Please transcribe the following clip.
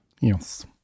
Yes